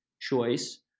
choice